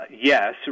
Yes